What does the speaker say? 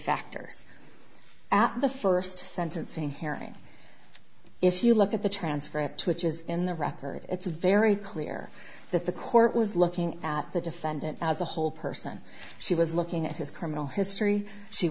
factors at the first sentencing hearing if you look at the transcript which is in the record it's very clear that the court was looking out the defendant as a whole person she was looking at his criminal history she